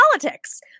politics